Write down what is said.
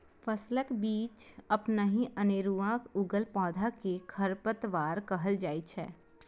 फसलक बीच अपनहि अनेरुआ उगल पौधा कें खरपतवार कहल जाइ छै